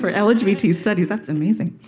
for lgbt studies. that's amazing.